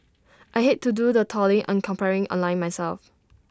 I hate to do the trawling and comparing online myself